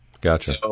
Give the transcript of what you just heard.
Gotcha